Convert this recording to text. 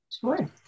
Sure